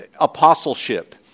apostleship